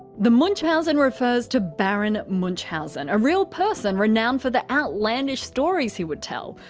the munchausen refers to baron munchausen, a real person renowned for the outlandish stories he would tell.